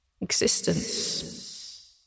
existence